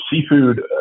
seafood